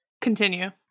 Continue